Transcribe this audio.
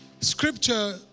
Scripture